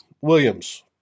Williams